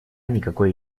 никакой